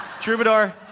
Troubadour